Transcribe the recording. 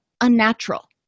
unnatural